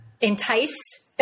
enticed